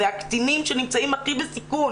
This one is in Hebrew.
והקטינים שנמצאים הכי בסיכון